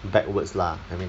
backwards lah I mean